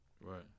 Right